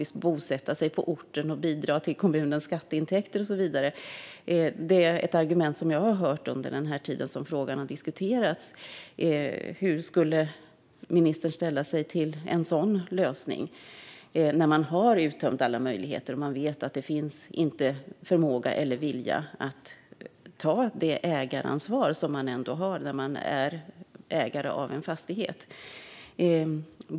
Detta är något som inte minst personer från byggnadsvårdsintressen och landsbygdsföreningar av olika slag pratar om, och det är ett argument som jag har hört under den tid som den här frågan har diskuterats. Hur skulle ministern ställa sig till en sådan lösning när alla möjligheter uttömts och det inte finns förmåga eller vilja att ta det ägaransvar som man har som ägare av en fastighet?